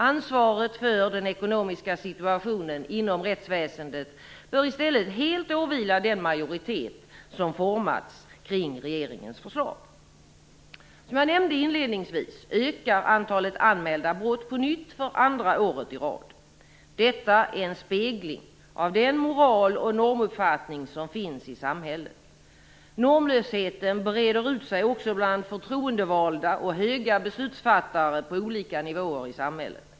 Ansvaret för den ekonomiska situationen inom rättsväsendet bör i stället helt åvila den majoritet som formats kring regeringens förslag. Som jag nämnde inledningsvis ökar antalet anmälda brott på nytt, för andra året i rad. Detta är en spegling av den moral och normuppfattning som finns i samhället. Normlösheten breder ut sig också bland förtroendevalda och höga beslutsfattare på olika nivåer i samhället.